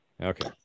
Okay